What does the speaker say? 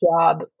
job